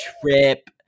Trip